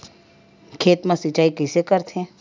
खेत मा सिंचाई कइसे करथे?